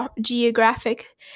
geographic